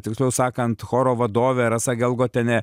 tiksliau sakant choro vadovė rasa gelgotienė